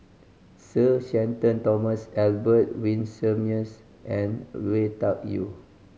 Sir Shenton Thomas Albert Winsemius and Lui Tuck Yew